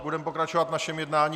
Budeme pokračovat v našem jednání.